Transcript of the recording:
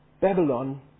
Babylon